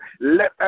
Let